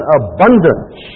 abundance